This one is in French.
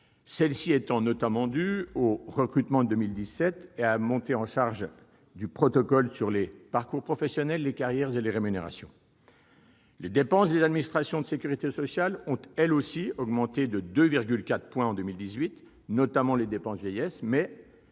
Celles-ci sont essentiellement dues aux recrutements de 2017 et à la montée en charge du protocole sur les parcours professionnels, carrières et rémunérations. Les dépenses des administrations de sécurité sociale ont également augmenté de 2,4 % en 2018, notamment les dépenses de la